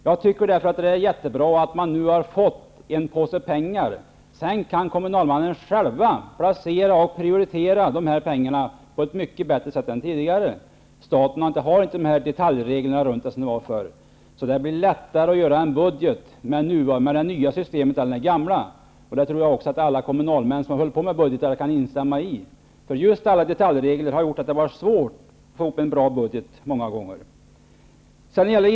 Jag tycker därför att det är mycket bra att man nu har fått en påse pengar. Sedan kan kommunalmännen själva placera och prioritera dessa pengar på ett mycket bättre sätt än tidigare, då staten hade en mängd detaljregler. Det blir lättare att göra en budget med det nya systemet än med det gamla. Det tror jag att alla kommunalmän som har hållt på med budget kan instämma i. Alla detaljregler har gjort att det många gånger har varit svårt att få ihop en bra budget.